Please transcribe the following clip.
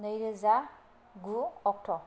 नैरोजा गु अक्ट'